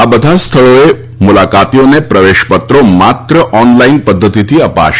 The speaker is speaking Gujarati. આ બધા જ સ્થળોએ મુલાકાતીઓને પ્રવેશપત્રો માત્ર ઓનલાઈન પદ્ધતિથી અપાશે